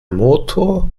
motor